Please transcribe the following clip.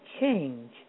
change